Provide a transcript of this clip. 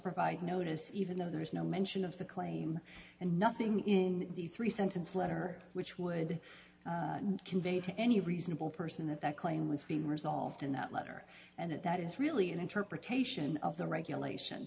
provide notice even though there is no mention of the claim and nothing in the three sentence letter which would convey to any reasonable person that that claim was being resolved in that letter and that that is really an interpretation of the regulation